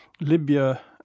Libya